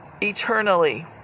eternally